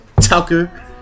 Tucker